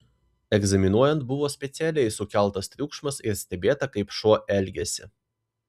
egzaminuojant buvo specialiai sukeltas triukšmas ir stebėta kaip šuo elgiasi